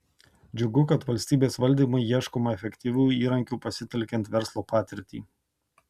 džiugu kad valstybės valdymui ieškoma efektyvių įrankių pasitelkiant verslo patirtį